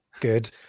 good